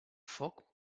foc